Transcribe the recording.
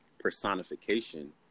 personification